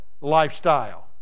lifestyle